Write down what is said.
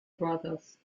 bros